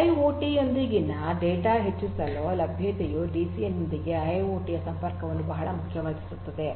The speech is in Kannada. ಐಐಒಟಿ ಯೊಂದಿಗಿನ ಡೇಟಾ ಹೆಚ್ಚಿನ ಲಭ್ಯತೆಯು ಡಿಸಿಎನ್ ನೊಂದಿಗೆ ಐಐಒಟಿ ಯ ಸಂಪರ್ಕವನ್ನು ಬಹಳ ಮುಖ್ಯವಾಗಿಸುತ್ತದೆ